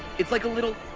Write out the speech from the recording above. it's like a little.